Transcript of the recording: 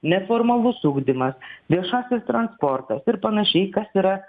neformalus ugdymas viešasis transportas ir panašiai kas yra